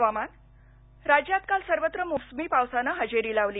हुवामान राज्यात काल सर्वत्र मोसमी पावसानं हजेरी लावली